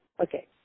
Okay